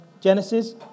Genesis